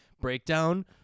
breakdown